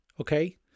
okay